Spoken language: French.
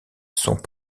sont